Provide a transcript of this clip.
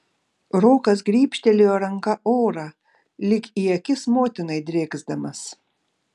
rokas grybštelėjo ranka orą lyg į akis motinai drėksdamas